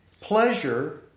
Pleasure